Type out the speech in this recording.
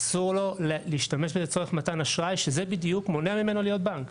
אסור לו להשתמש בזה לצורך מתן אשראי שזה בדיוק מונע ממנו להיות בנק.